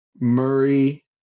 Murray